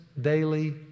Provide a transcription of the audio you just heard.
daily